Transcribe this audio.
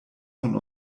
von